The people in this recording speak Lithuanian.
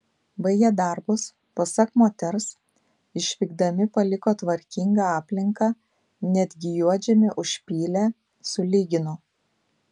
baigę darbus pasak moters išvykdami paliko tvarkingą aplinką netgi juodžemį užpylė sulygino